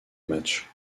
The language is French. matchs